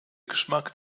geschmack